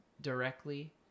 directly